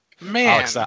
Man